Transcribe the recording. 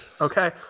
Okay